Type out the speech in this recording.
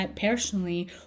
personally